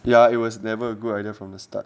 ya it was never a good idea from the start